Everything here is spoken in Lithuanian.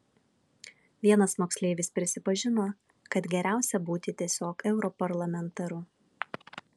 vienas moksleivis prisipažino kad geriausia būti tiesiog europarlamentaru